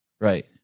Right